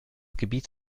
gebiet